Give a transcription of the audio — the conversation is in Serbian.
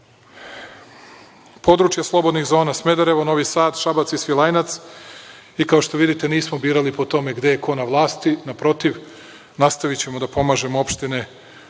područja slobodnih zona: Smederevo, Novi Sad, Šabac i Svilajnac. Kao što vidite, nismo birali po tome gde je ko na vlasti. Naprotiv, nastavićemo da pomažemo opštine